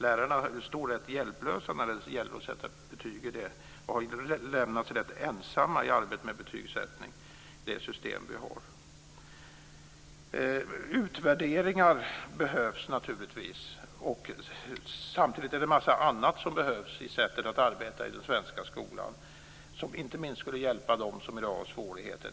Lärarna står rätt hjälplösa när det gäller att sätta betyg och lämnas rätt ensamma i arbetet med betygssättning med det system vi har. Utvärderingar behövs naturligtvis. Samtidigt är det en massa annat som behövs i sättet att arbeta i den svenska skolan, som inte minst skulle hjälpa dem som i dag har svårigheter.